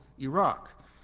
Iraq